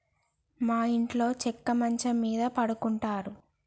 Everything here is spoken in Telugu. మా ఇంట్లో చెక్క మంచం మీద పడుకుంటారు